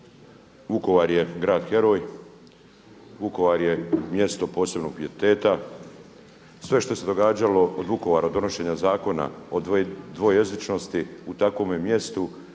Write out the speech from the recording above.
Vukovar je grad heroj, Vukovar je mjesto posebnog pijeteta. Sve što se događalo od Vukovara od donošenja zakona o dvojezičnosti u takvome mjestu